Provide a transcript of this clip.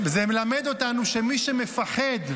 זה מלמד אותנו שמי שמפחד,